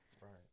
Right